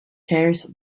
chairs